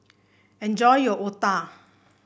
enjoy your otah